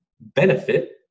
benefit